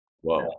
Whoa